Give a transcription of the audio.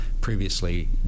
previously